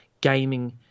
gaming